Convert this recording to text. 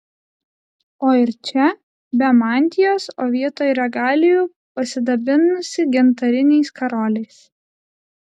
o ir čia be mantijos o vietoj regalijų pasidabinusi gintariniais karoliais